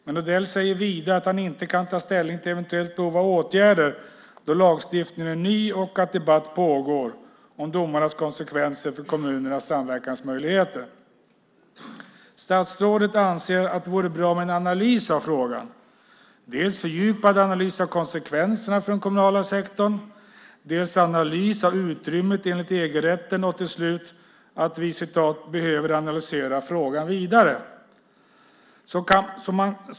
Vidare säger han att han inte kan ta ställning till eventuella åtgärder då lagstiftningen är ny och debatt pågår om domarnas konsekvenser för kommunernas samverkansmöjligheter. Statsrådet anser att det vore bra med en analys av frågan, dels en fördjupad analys av konsekvenserna för den kommunala sektorn, dels en analys av utrymmet enligt EG-rätten. Han anser således att frågan behöver analyseras vidare.